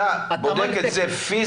אתה בודק את זה פיזית